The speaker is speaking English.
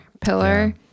pillar